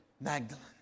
Magdalene